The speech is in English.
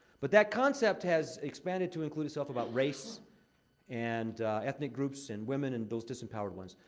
but that concept has expanded to include itself about race and ethnic groups and women and those disempowered ones.